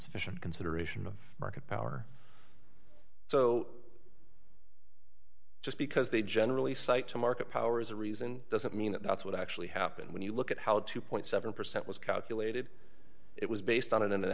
sufficient consideration of market power so just because they generally cite to market power as a reason doesn't mean that that's what actually happened when you look at how two seven percent was calculated it was based on